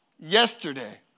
Yesterday